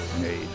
made